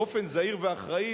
באופן זהיר ואחראי,